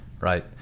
right